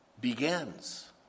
...begins